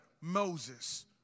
Moses